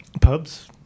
Pubs